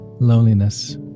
Loneliness